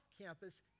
campus